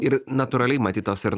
ir natūraliai matyt tas ir